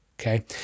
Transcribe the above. Okay